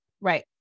right